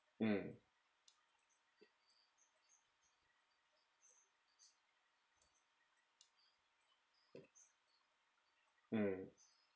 mm mm